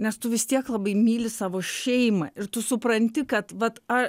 nes tu vis tiek labai myli savo šeimą ir tu supranti kad vat ar